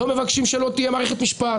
לא מבקשים שלא תהיה מערכת משפט,